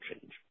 change